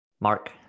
Mark